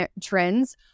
trends